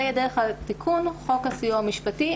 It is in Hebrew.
זה יהיה דרך תיקון חוק הסיוע המשפטי.